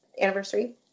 anniversary